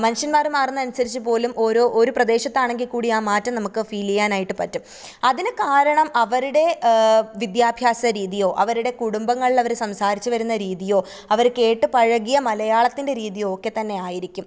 മനുഷ്യന്മാർ മാറുന്നത് അനുസരിച്ച് പോലും ഓരോ ഒരു പ്രദേശത്താണെങ്കിൽക്കൂടി ആ മാറ്റം നമുക്ക് ഫീൽ ചെയ്യാനായിട്ട് പറ്റും അതിന് കാരണം അവരുടെ വിദ്യാഭ്യാസ രീതിയോ അവരുടെ കുടുംബങ്ങളിലവർ സംസാരിച്ച് വരുന്ന രീതിയോ അവർ കേട്ട് പഴകിയ മലയാളത്തിന്റെ രീതിയോ ഒക്കെത്തന്നെ ആയിരിക്കും